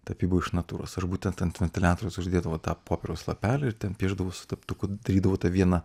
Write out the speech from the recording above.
tapyboj iš natūros ar būtent ant ant ventiliatoriaus uždėdavau tą popieriaus lapelį ir ten piešdavau su teptuku darydavau tą vieną